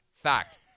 Fact